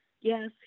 Yes